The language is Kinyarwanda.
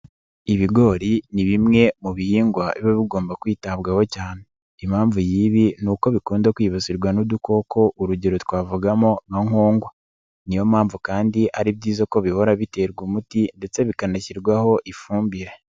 Ibigori ni bimwe mu bihingwa biba bigomba kwitabwaho cyane, impamvu y'ibi n'uko bikunda kwibasirwa n'udukoko, urugero twavugamo nka nkongwa, niyo mpamvu kandi ari byiza ko bihora biterwa umuti ndetse bikanashyirwaho ifumbire.